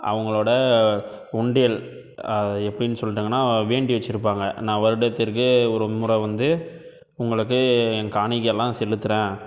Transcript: அவங்களோட உண்டியல் எப்படினு சொல்லிட்டுங்கன்னா வேண்டி வச்சுருப்பாங்க நான் வருடத்திற்கு ஒரு முறை வந்து உங்களுக்கு என் காணிக்கையெலாம் செலுத்துகிறேன்